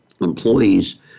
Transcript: employees